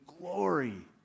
glory